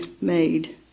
made